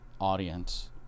audience